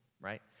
right